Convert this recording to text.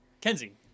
Kenzie